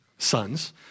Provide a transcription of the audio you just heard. sons